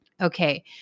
Okay